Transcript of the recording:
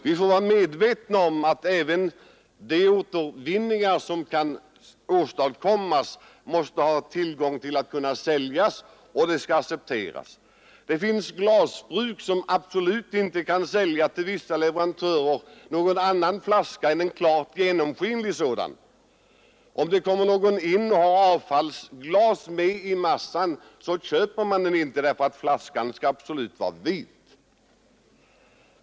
Vi skall vara medvetna om att även de produkter som kan fås genom återvinning måste accepteras för att kunna säljas. Det finns glasbruk som till vissa kunder absolut inte kan sälja någon annan flaska än en klart genomskinlig. Om någon har avfallsglas med i massan köper man den inte, eftersom flaskan absolut skall vara vit.